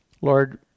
Lord